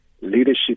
leadership